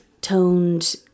toned